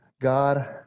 God